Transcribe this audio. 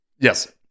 Yes